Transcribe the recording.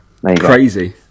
Crazy